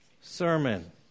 Sermon